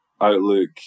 outlook